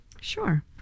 Sure